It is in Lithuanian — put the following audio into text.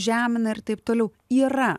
žemina ir taip toliau yra